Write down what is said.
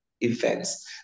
events